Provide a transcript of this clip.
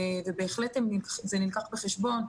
בהחלט זה נלקח בחשבון.